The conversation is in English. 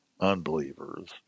unbelievers